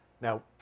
Now